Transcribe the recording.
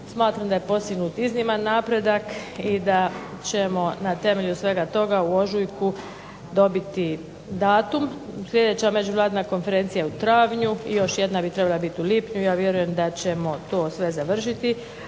Smatram da je postignut izniman napredak i da ćemo na temelju svega toga u ožujku dobiti datum. Sljedeća međunarodna konferencija je u travnju i još jedna bi trebala biti u lipnju i ja vjerujem da ćemo to sve završiti,